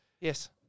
Yes